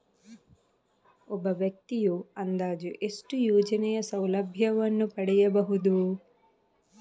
ಒಬ್ಬ ವ್ಯಕ್ತಿಯು ಅಂದಾಜು ಎಷ್ಟು ಯೋಜನೆಯ ಸೌಲಭ್ಯವನ್ನು ಪಡೆಯಬಹುದು?